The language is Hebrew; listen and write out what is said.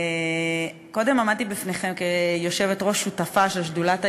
קודם עמדתי בפניכם כיושבת-ראש שותפה של שדולת העירוניות.